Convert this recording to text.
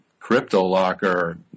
Cryptolocker